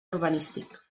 urbanístic